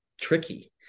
tricky